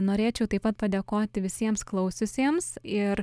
norėčiau taip pat padėkoti visiems klausiusiems ir